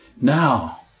Now